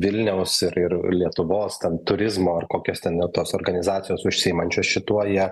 vilniaus ir ir lietuvos ten turizmo ar kokios ten jau tos organizacijos užsiimančios šituo ja